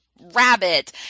rabbit